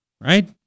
right